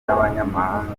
n’abanyamahanga